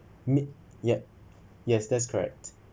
mid yet yes that's correct